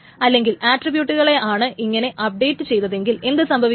അല്ലെങ്കിൽ ആട്രിബ്യൂട്ടുകളെയാണ് ഇങ്ങനെ അപ്പ്ഡേറ്റ് ചെയ്തതതെങ്കിൽ എന്തു സംഭവിക്കും